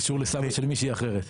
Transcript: קשור לסבא של מישהי אחרת.